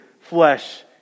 flesh